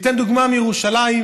אני אתן דוגמה מירושלים.